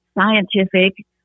scientific